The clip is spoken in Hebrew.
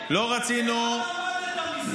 ומה למדת מזה?